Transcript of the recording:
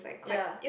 ya